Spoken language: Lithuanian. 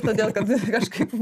todėl kad kažkaip